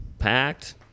packed